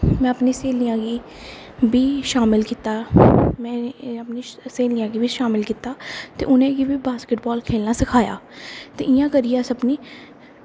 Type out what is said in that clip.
में अपनी स्हेलियां गी बी शामल कीता ते स्हेलियें गी बी शामल कीता ते उनेंगी बास्केटबॉल खेल्लना सखाया ते इंया करियै अस अपनी